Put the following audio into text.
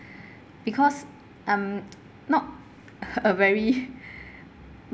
because um not a very